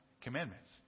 commandments